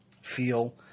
feel